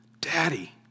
Daddy